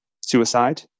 suicide